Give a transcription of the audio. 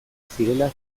zirela